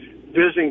visiting